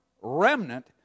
remnant